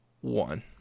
one